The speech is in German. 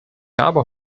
habe